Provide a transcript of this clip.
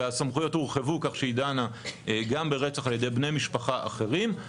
והסמכויות הורחבו כך שהיא דנה גם ברצח על ידי בני משפחה אחרים.